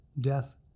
death